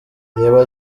reba